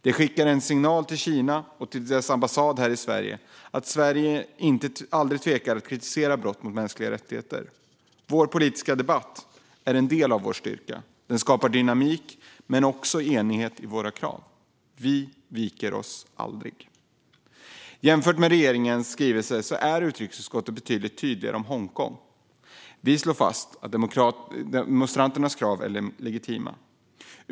Det skickar en signal till Kina och dess ambassad här i Sverige att Sverige aldrig tvekar att kritisera brott mot mänskliga rättigheter. Vår politiska debatt är en del av vår styrka. Den skapar dynamik men också enighet i våra krav. Vi viker oss aldrig. Jämfört med regeringens skrivelse är utrikesutskottet betydligt tydligare om Hongkong. Vi slår fast att demonstranternas krav är legitima.